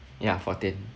ya fourteen